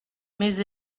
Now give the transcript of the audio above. mais